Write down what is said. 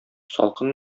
салкын